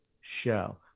show